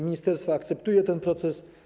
Ministerstwo akceptuje ten proces.